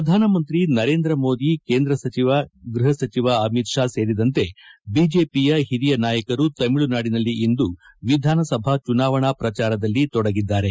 ಪ್ರಧಾನಮಂತ್ರಿ ನರೇಂದ್ರ ಮೋದಿ ಕೇಂದ್ರ ಗೃಹ ಸಚಿವ ಅಮಿತ್ ಶಾ ಸೇರಿದಂತೆ ಬಿಜೆಪಿಯ ಹಿರಿಯ ನಾಯಕರು ತಮಿಳುನಾಡಿನಲ್ಲಿ ಇಂದು ವಿಧಾನಸಭಾ ಚುನಾವಣಾ ಪ್ರಜಾರದಲ್ಲಿ ತೊಡಗಿದ್ದಾರೆ